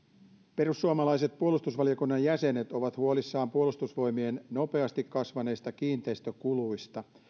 perussuomalaiset puolustusvaliokunnan jäsenet ovat huolissaan puolustusvoimien nopeasti kasvaneista kiinteistökuluista